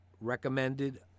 recommended